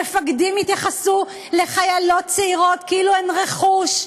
מפקדים התייחסו לחיילות צעירות כאילו הן רכוש,